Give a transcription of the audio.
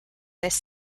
this